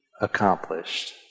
accomplished